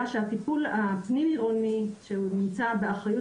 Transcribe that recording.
שהטיפול הפנים עירוני שנמצא באחריות